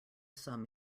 sum